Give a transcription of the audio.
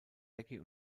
jackie